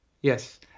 yes